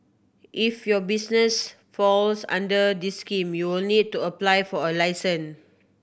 if your business falls under the scheme you'll need to apply for a license